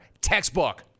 Textbook